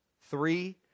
Three